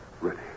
Ready